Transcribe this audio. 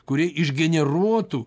kurie iš generuotų